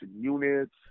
units